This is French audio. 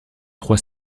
trois